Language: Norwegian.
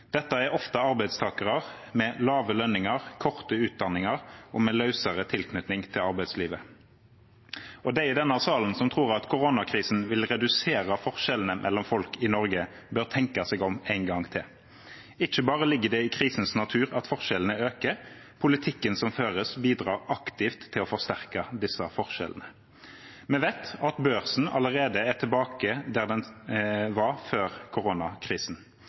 Dette er ofte arbeidstakere med lave lønninger, korte utdanninger og løsere tilknytning til arbeidslivet. De i denne salen som tror at koronakrisen vil redusere forskjellene mellom folk i Norge, bør tenke seg om en gang til. Ikke bare ligger det i krisens natur at forskjellene øker, politikken som føres, bidrar aktivt til å forsterke disse forskjellene. Vi vet at børsen allerede er tilbake der den var før koronakrisen.